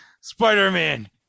Spider-Man